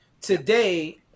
Today